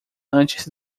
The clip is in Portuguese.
antes